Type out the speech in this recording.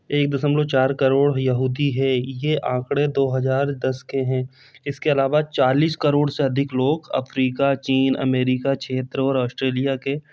एक दशमलव चार करोड़ यहूदी है ये आंकड़े दो हज़ार दस के हैं इसके अलावा चालीस करोड़ से अधिक लोग अफ्रीका चीन अमेरिका क्षेत्र और ऑस्ट्रेलिया के